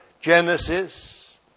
Genesis